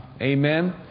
Amen